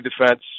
defense